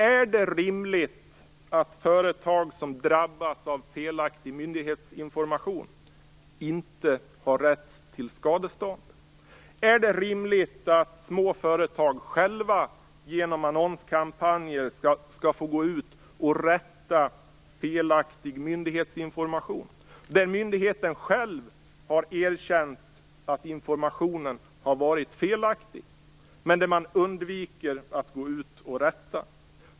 Är det rimligt att företag som drabbas av felaktig myndighetsinformation inte har rätt till skadestånd? Är det rimligt att små företag själva genom annonskampanjer skall få gå ut och rätta felaktig myndighetsinformation när myndigheten själv har erkänt att informationen har varit felaktig, men undvikit att gå ut och rätta?